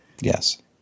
Yes